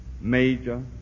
major